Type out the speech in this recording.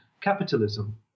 capitalism